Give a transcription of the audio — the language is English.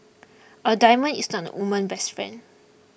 a diamond is not a woman's best friend